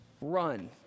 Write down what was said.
run